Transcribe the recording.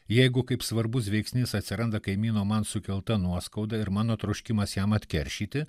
jeigu kaip svarbus veiksnys atsiranda kaimyno man sukelta nuoskauda ir mano troškimas jam atkeršyti